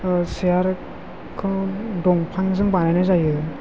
औ सियारखौ दंफांजों बानायनाय जायो